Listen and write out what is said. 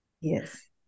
Yes